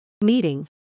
meeting